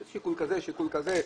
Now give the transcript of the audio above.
יש שיקול כזה ושיקול אחר,